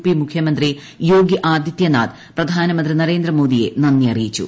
P മുഖ്യമന്ത്രി യോഗി ആദിത്യനാഥ് പ്രധാനമന്ത്രി നരേന്ദ്രമോദിയെ നന്ദി അറിയിച്ചു